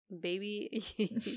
baby